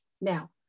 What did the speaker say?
Now